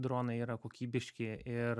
dronai yra kokybiški ir